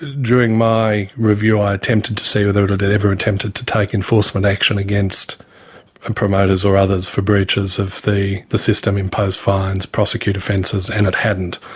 during my review i attempted to see whether it had ever attempted to take enforcement action against and promoters or others for breaches of the the system, impose fines, prosecute offences, and it hadn't.